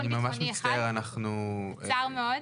ביטחוני אחד, קצר מאוד.